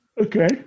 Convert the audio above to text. Okay